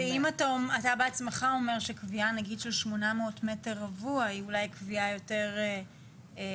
אתה בעצמך אומר שקביעה נגיד של 800 מ"ר היא אולי קביעה יותר טובה,